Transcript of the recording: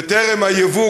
בטרם יפגע אנושות היבוא,